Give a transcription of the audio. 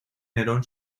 nerón